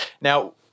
Now